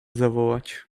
zawołać